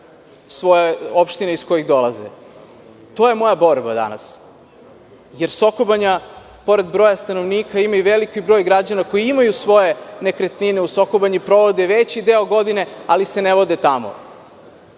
opštine iz kojih dolaze. To je moja borba danas, jer Soko Banja pored broja stanovnika ima velika broj građana koji imaju svoje nekretnine u Soko Banji, provode veći deo godine, ali se ne vode tamo,